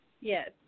Yes